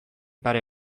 pare